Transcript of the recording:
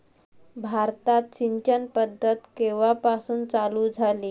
भारतात सिंचन पद्धत केवापासून चालू झाली?